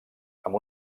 amb